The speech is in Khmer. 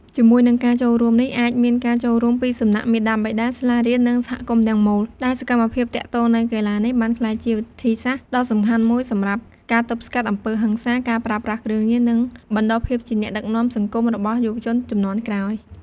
ជាមួយនឹងការចូលរួមនេះអាចមានការរួមពីសំណាក់ មាតាបិតា សាលារៀន និងសហគមន៍ទាំងមូល ដែលសកម្មភាពទាក់ទងនឹងកីឡានេះបានក្លាយជាវិធីសាស្ត្រដ៏សំខាន់មួយសម្រាប់ការទប់ស្កាត់អំពើហិង្សា ការប្រើប្រាស់គ្រឿងញៀន និងបណ្តុះភាពជាអ្នកដឹកនាំសង្គមរបស់យុវជនជំនាន់ក្រោយ។